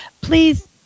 please